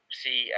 see